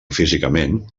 físicament